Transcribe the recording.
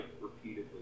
repeatedly